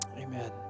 Amen